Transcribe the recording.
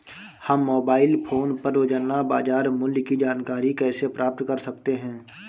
हम mobile phone पर रोजाना बाजार मूल्य की जानकारी कैसे प्राप्त कर सकते हैं?